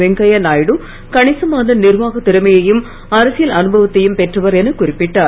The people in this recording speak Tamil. வெங்கய்யா நாயுடு கணிசமான நிர்வாக திறமையையும் அரசியல் அனுபவத்தையும் பெற்றவர் என குறிப்பிட்டார்